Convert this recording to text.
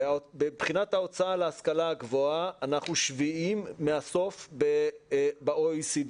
מבחינת ההוצאה להשכלה הגבוהה אנחנו שביעיים מהסוף ב-OECD.